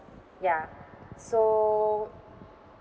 ya so